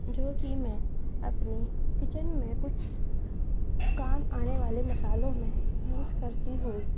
ج وکہ میں اپنی کچن میں کچھ کام آنے والے مصالحوں میں یوز کرتی ہوں